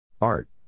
Art